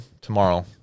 tomorrow